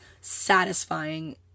satisfying